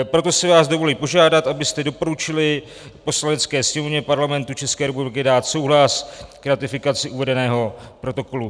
Proto si vás dovoluji požádat, abyste doporučili Poslanecké sněmovně Parlamentu České republiky dát souhlas k ratifikaci uvedeného protokolu.